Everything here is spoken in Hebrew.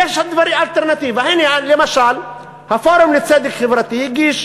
ויש אלטרנטיבה, הנה, למשל, הפורום לצדק חברתי הגיש